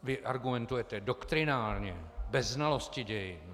Vy argumentujete doktrinálně, bez znalosti dějin.